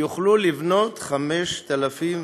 אם יוכלו לבנות 5,000,